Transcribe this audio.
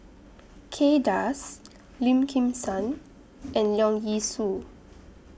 Kay Das Lim Kim San and Leong Yee Soo